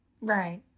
Right